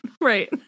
Right